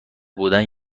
بودن